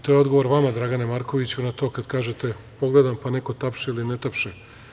To je odgovor vama Dragane Markoviću, na to kada kažete, pogledam pa neko tapše ili ne tapše.